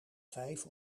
vijf